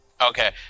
Okay